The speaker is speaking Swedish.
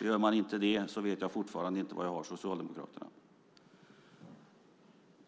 Gör han inte det vet jag fortfarande inte var jag har Socialdemokraterna.